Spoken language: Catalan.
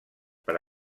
per